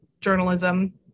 journalism